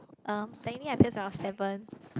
um technically I pierced when I was seven